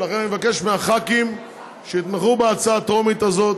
ולכן אני מבקש מהח"כים שיתמכו בהצעה הטרומית הזאת.